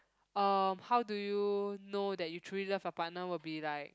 uh how do you know that you truly love your partner will be like